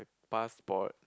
passport